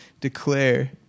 declare